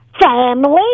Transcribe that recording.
family